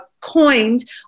coined